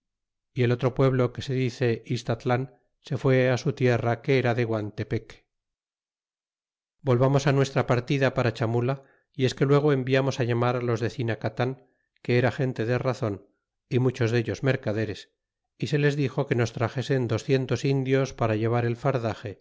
y el otro pueblo que se dice istatlan se fué su tierra que era de guantepeque volvamos nuestra partida para chamula y es que luego enviamost llamar los de cinacatan que era gente de razon y muchos dellos mercaderes y se les dixo que nos traxesen docientos indios para llevar el fardaxe